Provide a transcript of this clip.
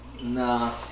Nah